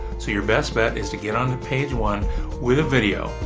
so your best bet is to get onto page one with a video.